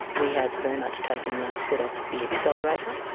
we have very much taken the foot off the accelerator.